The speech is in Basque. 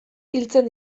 hiltzen